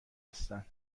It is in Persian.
هستن